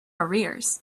arrears